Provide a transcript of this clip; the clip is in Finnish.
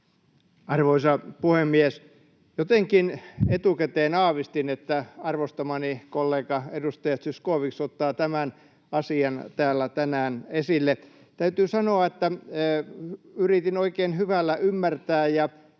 Arvoisa puhemies! Jotenkin etukäteen aavistin, että arvostamani kollega, edustaja Zyskowicz ottaa tämän asian täällä tänään esille. Täytyy sanoa, että yritin oikein hyvällä ymmärtää, ja